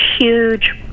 huge